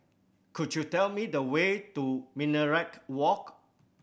could you tell me the way to Minaret Walk